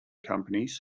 companies